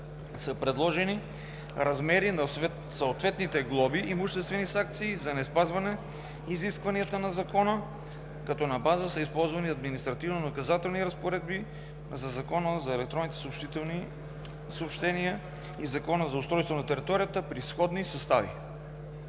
са предложени размери на съответните глоби, имуществени санкции за неспазване изискванията на Закона, като на база са използвани административнонаказателни разпоредби за Закона за електронните съобщения и Закона за устройство на територията при сходни състави.